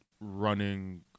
running